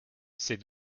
c’est